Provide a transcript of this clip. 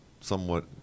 somewhat